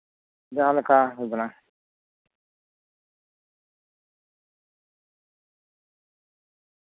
ᱡᱟᱦᱟᱸᱞᱮᱠᱟ ᱦᱩᱭ ᱟᱠᱟᱱᱟ